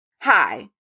Hi